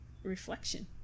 Reflection